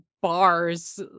bars